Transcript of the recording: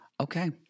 Okay